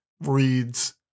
reads